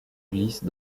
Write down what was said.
glisse